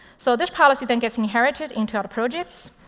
so this policy then gets inherited into our projects.